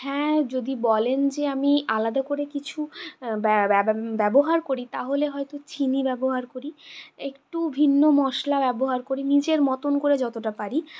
হ্যাঁ যদি বলেন যে আমি আলাদা করে কিছু ব্যবহার করি তাহলে হয়তো চিনি ব্যবহার করি একটু ভিন্ন মশলা ব্যবহার করি নিজের মতন করে যতটা পারি